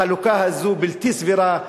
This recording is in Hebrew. החלוקה הזו בלתי סבירה,